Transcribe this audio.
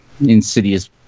insidious